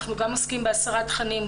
אנחנו גם עוסקים בהסרת תכנים,